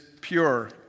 pure